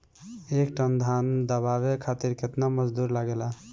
एक टन धान दवावे खातीर केतना मजदुर लागेला?